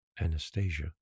Anastasia